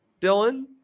Dylan